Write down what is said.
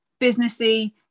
businessy